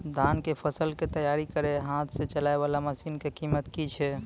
धान कऽ फसल कऽ तैयारी करेला हाथ सऽ चलाय वाला मसीन कऽ कीमत की छै?